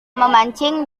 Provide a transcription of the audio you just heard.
memancing